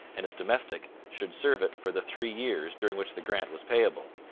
and his domestic should serve it for the three years during which the grant was payable.